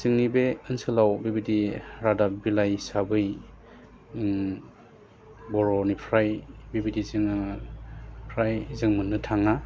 जोंनि बे ओनसोलाव बेबायदि रादाब बिलाइ हिसाबै बर'निफ्राय बेबायदि जोङो फ्राय जों मोन्नो थाङा